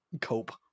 cope